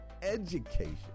education